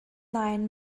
line